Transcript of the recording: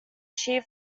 sheer